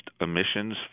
emissions